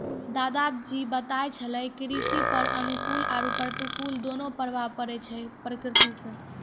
दादा जी बताय छेलै कृषि पर अनुकूल आरो प्रतिकूल दोनों प्रभाव पड़ै छै प्रकृति सॅ